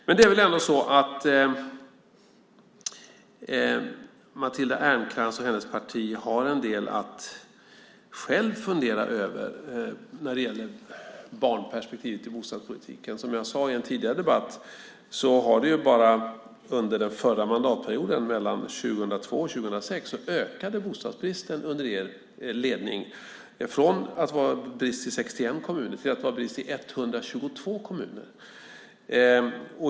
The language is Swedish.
Men det är väl ändå så att Matilda Ernkrans och hennes parti har en del att själva fundera över när det gäller barnperspektivet i bostadspolitiken. Som jag sade i en tidigare debatt ökade bostadsbristen under den förra mandatperioden mellan 2002 och 2006, under er ledning, från att vara brist i 61 kommuner till att vara brist i 122 kommuner.